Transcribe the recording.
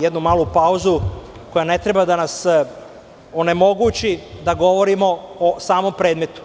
jednu malu pauzu koja ne treba da nas onemogući da govorimo o samom predmetu.